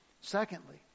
Secondly